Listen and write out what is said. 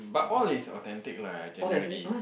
but all is authentic lah generally